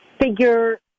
figure